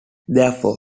therefore